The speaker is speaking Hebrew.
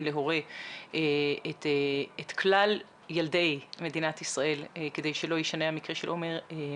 להורה את כלל ילדי מדינת ישראל כדי שהמקרה של עומר לא יישנה,